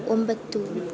ಒಂಬತ್ತು